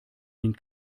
den